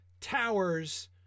towers